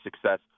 success